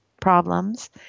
problems